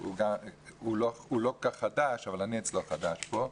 הוא לא כל כך חדש אבל אני חדש אצלו בוועדה.